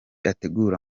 ategura